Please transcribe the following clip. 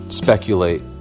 speculate